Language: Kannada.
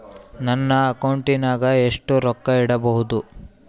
ನನ್ನ ಅಕೌಂಟಿನಾಗ ಎಷ್ಟು ರೊಕ್ಕ ಇಡಬಹುದು?